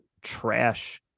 trash